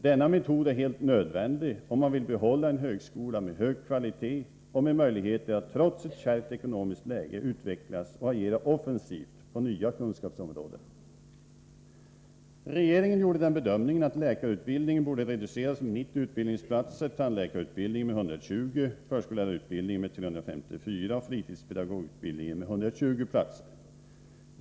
Denna metod är helt nödvändig, om man vill behålla en högskola med hög kvalitet och med möjligheter att trots ett kärvt ekonomiskt läge utvecklas och agera offensivt på nya kunskapsområden. Regeringen gjorde den bedömningen att läkarutbildningen borde reduceras med 90, tandläkarutbildningen med 120, förskollärarutbildningen med 354 och fritidspedagogutbildningen med 120 utbildningsplatser.